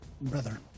brother